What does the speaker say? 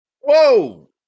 Whoa